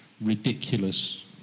ridiculous